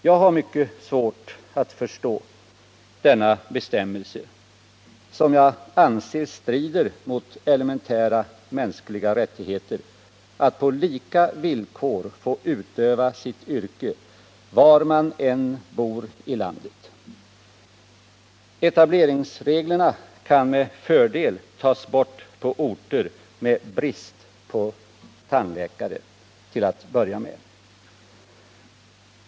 Jag har mycket svårt att förstå denna bestämmelse, som jag anser strider mot den elementära mänskliga rättigheten att på lika villkor få utöva sitt yrke var man än bor i landet. Etableringsreglerna kan med fördel tas bort till att börja med på orter med brist på tandläkare.